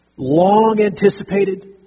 long-anticipated